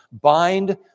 Bind